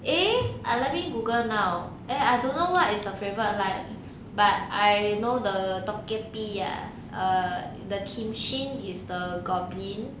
eh I having google now and I don't know what is the favourite line but I know the ah err the kimshin is the goblin